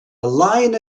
line